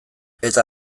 eta